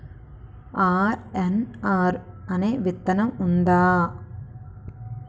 RNR అనే విత్తనం ఉందా?